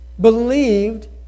believed